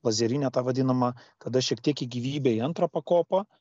lazerinę tą vadinamą kada šiek tiek į gyvybę į antrą pakopą